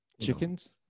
Chickens